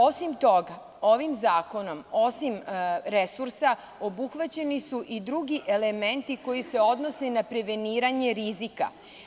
Osim toga, ovim zakonom, osim resursa, obuhvaćeni su i drugi elementi koji se odnose na preveniranje rizika.